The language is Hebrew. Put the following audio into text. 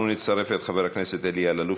אנחנו נצרף את חבר הכנסת אלי אלאלוף